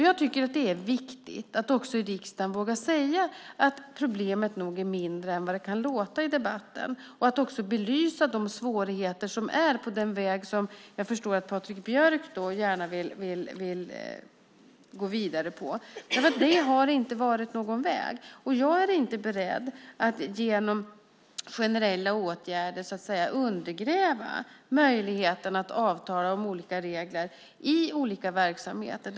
Jag tycker att det är viktigt att man också i riksdagen vågar säga att problemet nog är mindre än vad det kan låta i debatten och att man också belyser de svårigheter som finns på den väg som jag förstår att Patrik Björck gärna vill gå vidare på. Men det har inte varit någon väg. Jag är inte beredd att genom generella åtgärder undergräva möjligheten att avtala om olika regler i olika verksamheter.